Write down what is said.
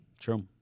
true